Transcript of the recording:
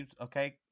Okay